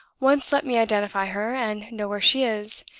once let me identify her, and know where she is,